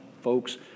folks